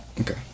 Okay